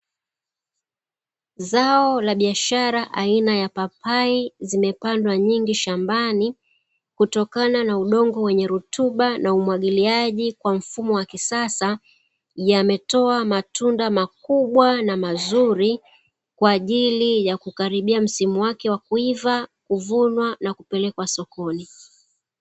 Zao la biashara aina ya papai zimepandwa nyingi shambani kutokana na udongo wenye rutuba na umwagiliaji kwa mfumo wa kisasa. Yametoa matunda makubwa na mazuri kwa ajili ya kukaribia msimu wake wa kuiva, kuvunwa na kupelekwa sokoni.